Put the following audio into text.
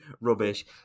rubbish